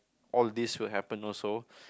all this will happen also